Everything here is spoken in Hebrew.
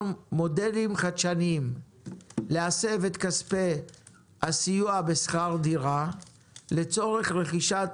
מודלים חדשניים כדי להסב את כספי הסיוע בשכר דירה לצורך רכישת